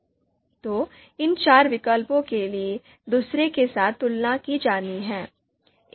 तो इन चार विकल्पों की एक दूसरे के साथ तुलना की जानी है